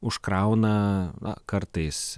užkrauna na kartais